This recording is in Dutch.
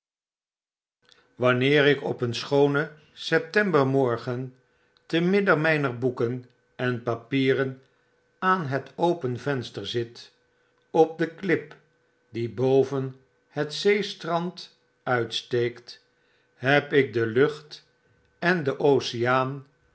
wanneer ik op een schoonen septembermorgen te midden myner boeken en papieren aan het open venster zit op de klip die boven het zeestrand uitsteekt heb ik de lucht en den oceaan